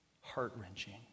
Heart-wrenching